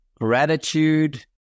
gratitude